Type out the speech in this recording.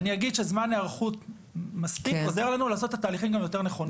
אני אגיד שזמן היערכות מספיק עוזר לנו לעשות את התהליכים יותר נכונים.